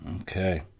Okay